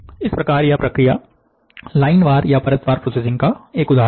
इस प्रकार यह प्रक्रिया लाइन वार या परतवार प्रोसेसिंग का एक उदाहरण है